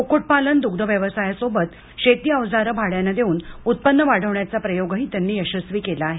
कुक्कुटपालन दुग्धव्यवसायासोबत शेती अवजारे भाड्याने देऊन उत्पन्न वाढवण्याचा प्रयोगही त्यांनी यशस्वी केला आहे